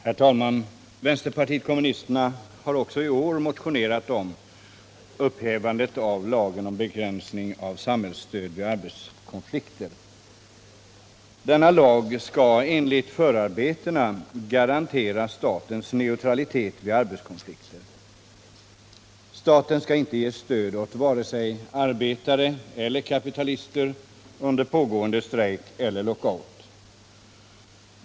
Herr talman! Vänsterpartiet kommunisterna har också i år motionerat om upphävande av lagen om begränsning av samhällsstöd vid arbetskonflikter. Denna lag skall enligt förarbetena garantera statens neutralitet vid arbetskonflikter. Staten skall inte ge stöd åt vare sig arbetare eller kapitalister under pågående strejk eller lockout.